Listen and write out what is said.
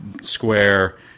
square